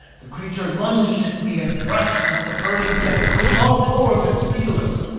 the creature lunged at me and threshed at the burning jet with all four of its feelers.